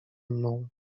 mną